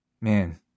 Man